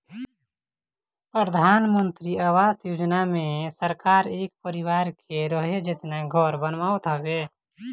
प्रधानमंत्री आवास योजना मे सरकार एक परिवार के रहे जेतना घर बनावत हवे